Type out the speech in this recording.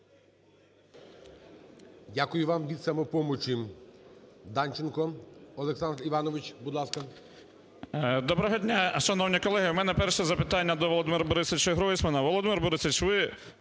Дякую вам. Від "Самопомочі" Данченко Олександр Іванович. Будь ласка. 10:36:35 ДАНЧЕНКО О.І. Доброго дня, шановні колеги! У мене перше запитання до Володимира Борисовича Гройсмана. Володимир Борисович, ви